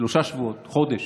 שלושה שבועות, חודש,